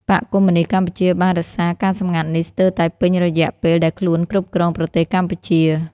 បក្សកុម្មុយនីស្តកម្ពុជាបានរក្សាការសម្ងាត់នេះស្ទើរតែពេញរយៈពេលដែលខ្លួនគ្រប់គ្រងប្រទេសកម្ពុជា ។